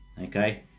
Okay